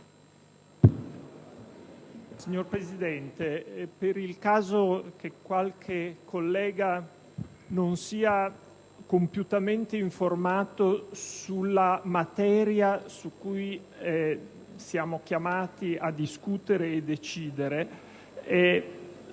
Signor Presidente, per il caso che qualche collega non sia compiutamente informato sulla materia su cui siamo chiamati a discutere e decidere,